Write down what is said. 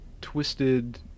twisted